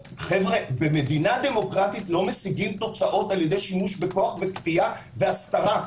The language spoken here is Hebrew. במדינה דמוקרטית לא משיגים תוצאות על-ידי שימוש בכוח וכפייה והסתרה.